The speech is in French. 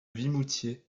vimoutiers